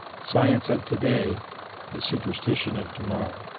science of today the superstition of tomorrow.